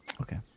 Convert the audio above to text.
Okay